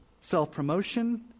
self-promotion